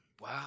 Wow